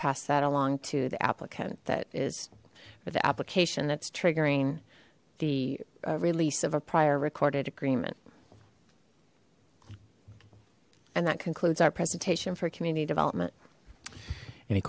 pass that along to the applicant that is for the application that's triggering the release of a prior recorded agreement and that concludes our presentation for community development any